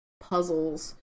puzzles